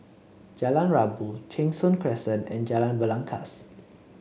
Jalan Rabu Cheng Soon Crescent and Jalan Belangkas